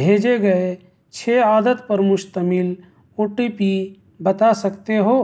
بھیجے گیے چھ عدد پر مشتمل او ٹی پی بتا سکتے ہو